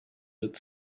but